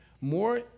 more